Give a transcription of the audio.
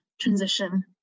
transition